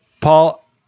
Paul